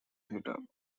theatre